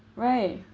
right